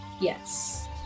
Yes